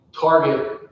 Target